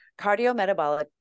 Cardiometabolic